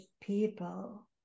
people